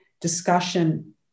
discussion